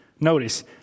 Notice